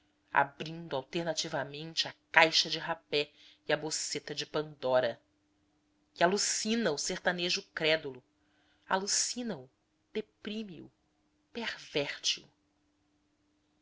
abrindo alternativamente a caixa de rapé e a boceta de pandora e alucina o sertanejo crédulo alucina o deprime o perverte o